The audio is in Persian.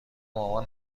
مامان